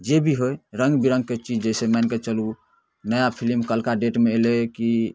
जेभी होइ रङ्गबिरङ्गके चीज जाहिसँ मानिकऽ चलू नया फिलिम कल्हुका डेटमे अएलै कि